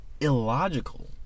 illogical